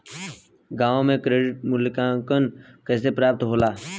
गांवों में क्रेडिट मूल्यांकन कैसे प्राप्त होला?